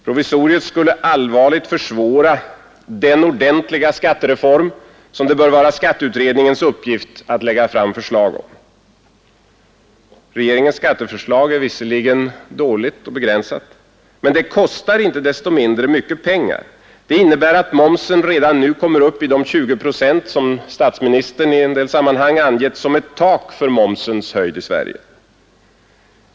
Provisoriet skulle allvarligt försvåra den ordentliga skattereform som det bör vara skatteutredningens uppgift att lägga fram förslag om. Regeringens skatteförslag är visserligen dåligt och begränsat, men det kostar inte desto mindre mycket pengar. Det innebär att momsen redan nu kommer upp i de 20 procent som statsministern i en del sammanhang angett som ett tak för momsens höjd i Sverige.